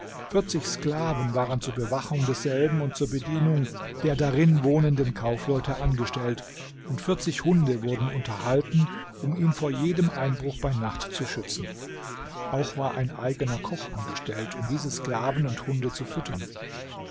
vierzig sklaven waren zur bewachung desselben und zur bedienung der darin wohnenden kaufleute angestellt und vierzig hunde wurden unterhalten um ihn vor jedem einbruch bei nacht zu schützen auch war ein eigener koch angestellt um diese sklaven und hunde zu füttern